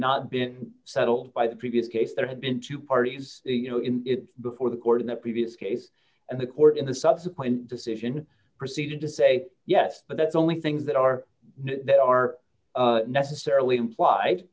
not been settled by the previous case there had been two parties you know in it before the court in the previous case and the court in the subsequent decision proceeded to say yes but that's only things that are there are necessarily implied